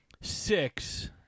six